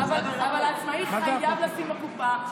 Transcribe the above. אבל עצמאי חייב לשים בקופה.